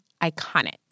iconic